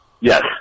Yes